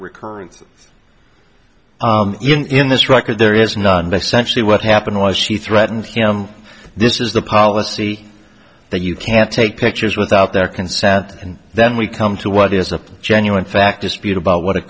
recurrence of in this record there is none to centrally what happened was she threatened him this is the policy that you can't take pictures without their consent and then we come to what is a genuine fact dispute about what